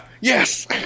Yes